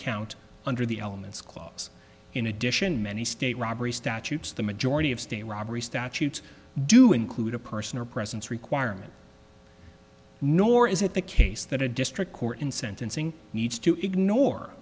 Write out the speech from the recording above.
count under the elements clause in addition many state robbery statutes the majority of stay robbery statutes do include a person or presence requirement nor is it the case that a district court in sentencing needs to ignore